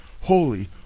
holy